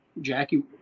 Jackie